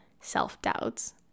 self-doubts